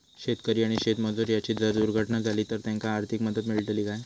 शेतकरी आणि शेतमजूर यांची जर दुर्घटना झाली तर त्यांका आर्थिक मदत मिळतली काय?